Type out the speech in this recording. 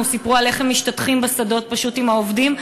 סיפרו איך הם משתטחים בשדות פשוט עם העובדים,